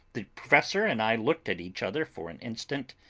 the professor and i looked at each other for an instant,